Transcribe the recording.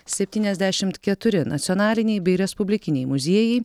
septyniasdešimt keturi nacionaliniai bei respublikiniai muziejai